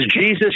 Jesus